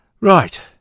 Right